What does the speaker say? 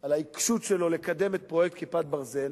על העיקשות שלו לקדם את פרויקט "כיפת ברזל",